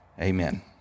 Amen